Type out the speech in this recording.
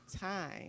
time